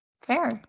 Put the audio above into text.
fair